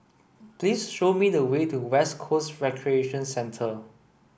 please show me the way to West Coast Recreation Centre